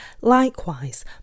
Likewise